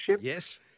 Yes